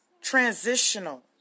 Transitional